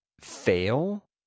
fail